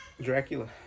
Dracula